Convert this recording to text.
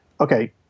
Okay